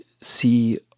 see